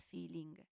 Feeling